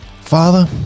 father